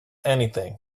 anything